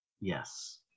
Yes